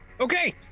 okay